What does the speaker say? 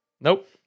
Nope